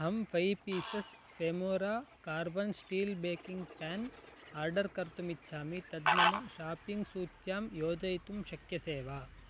अहं fav pieces femora carbon steel baking pan order कर्तुम् इच्छामि तत् मम शापिङ्ग् सूच्यां योजयितुं शक्यसे वा